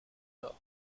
nord